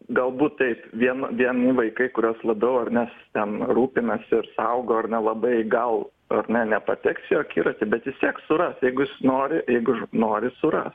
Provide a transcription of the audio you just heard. galbūt taip vieną vieni vaikai kuriuos labiau ar nes ten rūpinasi ir saugo ar nelabai gal ar ne nepateks į akiratį bet vistiek suras jeigu jis nori jeigu ž nori suras